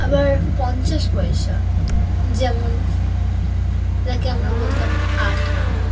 আবার পঞ্চাশ পয়সা যেমন যাকে আমরা বলতাম আট আনা